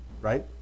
right